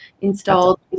installed